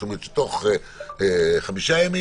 זאת אומרת שתוך חמישה ימים,